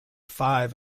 five